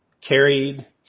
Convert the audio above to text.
carried